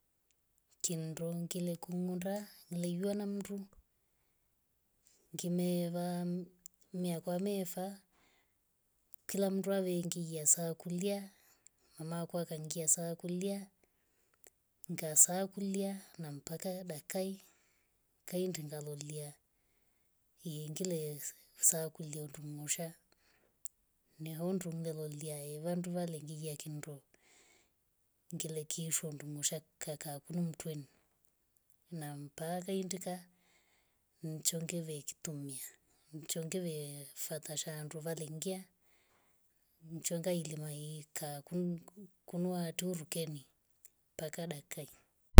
Kingodo ngilekunda ileviwana nandu nginee va mhh myaka mefaa kila mndu awengila saa kulya ngasakulya na mpaka dakai kai ndenga lolilya ye ngile sa kulya ndungosha ni hundu ngalolya vansu valengiya ngendo. ngile kishwa ndungusha kakaamutwe na mpaka indinga nchonge ve kitumiya. nchonge vei fwata shandu valengiya nchongaya ilimae kun- kunwa aturukeni mpaka dakai